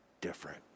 different